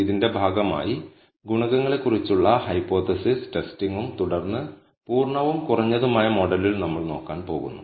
ഇതിന്റെ ഭാഗമായി ഗുണകങ്ങളെക്കുറിച്ചുള്ള ഹൈപ്പോതെസിസ് ടെസ്റ്റിംഗും തുടർന്ന് പൂർണ്ണവും കുറഞ്ഞതുമായ മോഡലിൽ നമ്മൾ നോക്കാൻ പോകുന്നു